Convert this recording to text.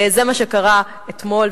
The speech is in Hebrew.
זה מה שקרה אתמול.